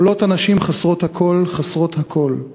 קולות הנשים חסרות הקול, חסרות הכול.